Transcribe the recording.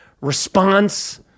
response